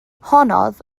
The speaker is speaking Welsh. honnodd